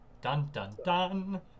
Dun-dun-dun